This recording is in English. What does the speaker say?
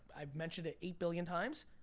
i've mentioned it eight billion times,